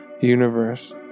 universe